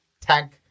tank